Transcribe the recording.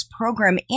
program